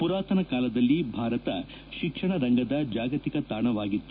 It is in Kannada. ಪುರಾತನ ಕಾಲದಲ್ಲಿ ಭಾರತ ಶಿಕ್ಷಣ ರಂಗದ ಜಾಗತಿಕ ತಾಣವಾಗಿತ್ತು